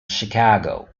chicago